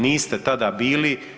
Niste tada bili.